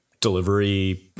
delivery